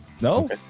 No